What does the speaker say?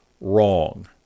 wrong